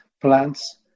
plants